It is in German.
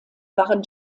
waren